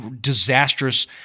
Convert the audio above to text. disastrous